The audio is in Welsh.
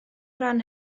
ran